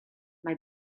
mae